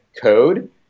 code